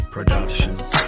Productions